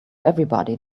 everybody